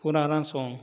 पुराना सॉन्ग